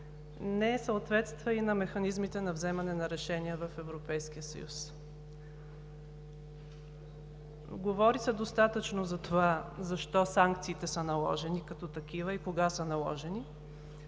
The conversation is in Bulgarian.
не съответства и на механизмите на вземане на решения в Европейския съюз. Говори се достатъчно защо санкциите са наложени като такива и кога са наложени.